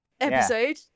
episode